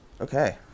Okay